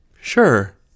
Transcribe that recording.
Sure